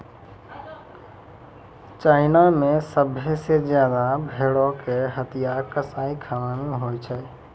China मे सभ्भे से ज्यादा भेड़ो के हत्या कसाईखाना मे होय छै